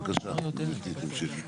בבקשה, גבירתי, תמשיכי.